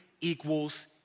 equals